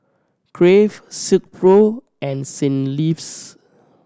Crave Silkpro and Saint Lves